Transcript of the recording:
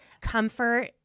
comfort